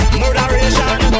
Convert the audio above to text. moderation